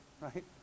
right